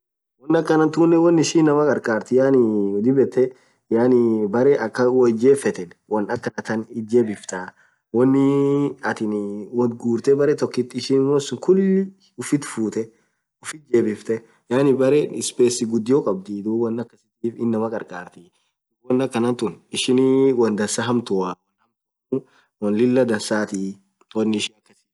Wonn akhan tunen won ishin inamaa kharkharthiii yaani dhib yaani berre akha woo ith jefethn wonn akhana than ith jebiftha wonn atin woth gurethe berre tokkit ishin wonsun khulii ufthi futhee ufthi jebifthe yaani bere space ghudio khabdhii dhub wonn akasisun inamaan kharkharthiii dhub wonn akhanathun ishin wonn dhansaa hamtua wonn hamtuamu wonn Lilah dansathi won ishin akasitif